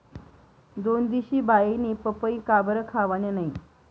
दोनदिशी बाईनी पपई काबरं खावानी नै